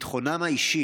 אני חושב שביטחונם האישי